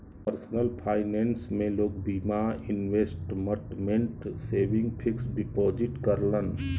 personal finance में लोग बीमा, इन्वेसमटमेंट, सेविंग, फिक्स डिपोजिट करलन